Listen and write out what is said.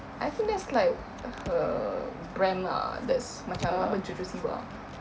I think that's like her brand lah that's macam apa jojo siwa